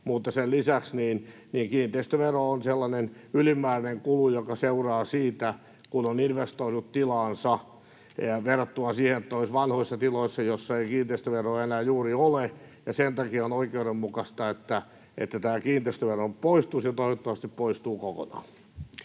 mutta sen lisäksi kiinteistövero on sellainen ylimääräinen kulu, joka seuraa siitä, kun on investoinut tilaansa, verrattuna vanhoihin tiloihin, joissa ei kiinteistöveroa enää juuri ole, ja sen takia on oikeudenmukaista, että tämä kiinteistövero poistuisi, ja toivottavasti se poistuu kokonaan.